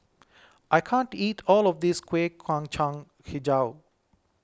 I can't eat all of this Kueh Kacang HiJau